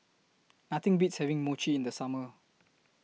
Nothing Beats having Mochi in The Summer